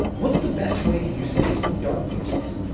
what's the best way to use facebook dark posts?